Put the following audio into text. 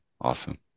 Awesome